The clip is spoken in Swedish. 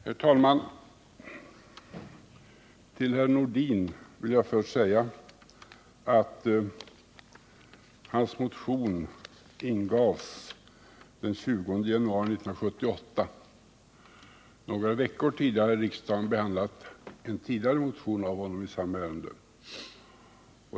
Herr talman! Till herr Nordin vill jag först säga att hans motion ingavs den 20januari 1978. Några veckor tidigare hade riksdagen behandlat en motion av honom i samma ärende.